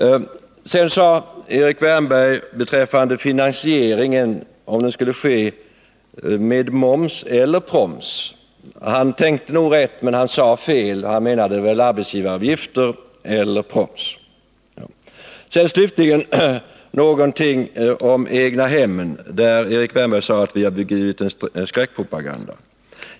Erik Wärnberg talade om finansieringen — om den skulle ske med moms eller proms. Han tänkte nog rätt men han sade fel; han menade väl arbetsgivaravgifter eller proms. Slutligen någonting om egnahemmen, där Erik Wärnberg sade att vi bedrivit en skräckpropaganda.